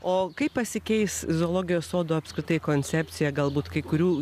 o kaip pasikeis zoologijos sodo apskritai koncepcija galbūt kai kurių